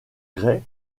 gray